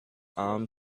arm